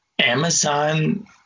Amazon